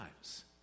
lives